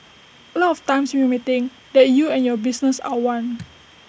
A lot of times you may think that you and your business are one